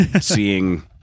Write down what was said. seeing